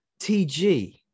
TG